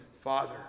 father